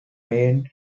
main